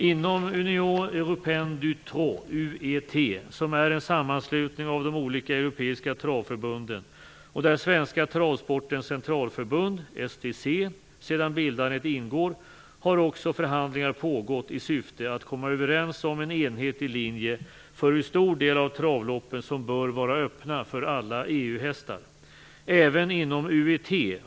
Inom Union Europénne du Trot, U.E.T., som är en sammanslutning av de olika europeiska travförbunden och där Svenska Travsportens Centralförbund, STC, sedan bildandet ingår, har också förhandlingar pågått i syfte att komma överens om en enhetlig linje för hur stor del av travloppen som bör vara öppna för alla EU-hästar. Även inom U.E.T.